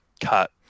cut